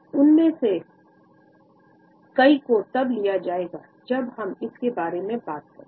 उनमें से कई को तब लिया जाएगा जब हम इसके बारे में बात करेंगे